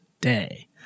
day